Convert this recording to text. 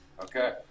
Okay